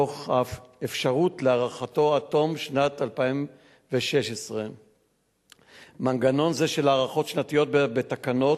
תוך אפשרות להארכתו עד תום שנת 2016 במנגנון זה של הארכות שנתיות בתקנות